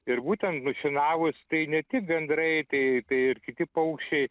ir būtent nušienavus tai ne tik gandrai tai tai ir kiti paukščiai